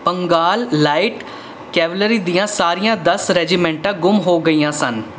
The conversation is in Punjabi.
ਬੰਗਾਲ ਲਾਈਟ ਕੈਵਲਰੀ ਦੀਆਂ ਸਾਰੀਆਂ ਦਸ ਰੈਜੀਮੈਂਟਾਂ ਗੁੰਮ ਹੋ ਗਈਆਂ ਸਨ